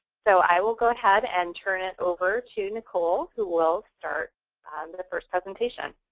so i will go ahead and turn it over to nicole who will start the first presentation.